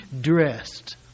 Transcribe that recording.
dressed